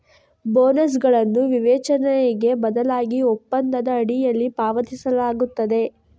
ಬೋನಸುಗಳನ್ನು ವಿವೇಚನೆಗೆ ಬದಲಾಗಿ ಒಪ್ಪಂದದ ಅಡಿಯಲ್ಲಿ ಪಾವತಿಸಲಾಗುತ್ತದೆ